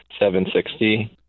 760